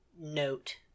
note